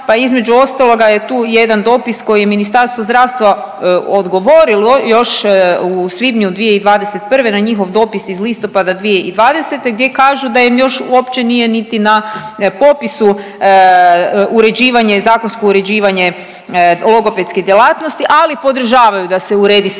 pa između ostaloga je tu i jedan dopis na koji je Ministarstvo zdravstvo odgovorilo još u svibnju 2021. na njihov dopis iz listopada 2020. gdje kažu da im još uopće nije niti na popisu uređivanje, zakonsko uređivanje logopedske djelatnosti, ali podržavaju da se uredi sa